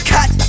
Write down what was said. Cut